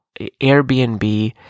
Airbnb